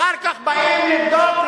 ואחר כך באים לבדוק,